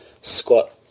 squat